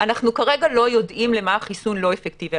כרגע אנחנו לא יודעים למה החיסון לא אפקטיבי.